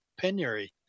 penury